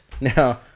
now